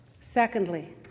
Secondly